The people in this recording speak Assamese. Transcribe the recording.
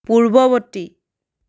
পূৰ্ৱবৰ্তী